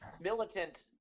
militant